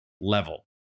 level